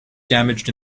damaged